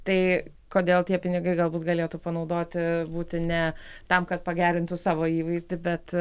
tai kodėl tie pinigai galbūt galėtų panaudoti būti ne tam kad pagerintų savo įvaizdį bet